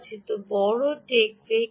তো বড় টেকওয়ে কী